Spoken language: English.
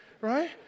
right